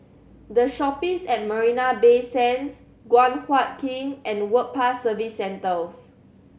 The Shoppes at Marina Bay Sands Guan Huat Kiln and Work Pass Service Centres